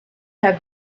have